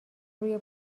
روی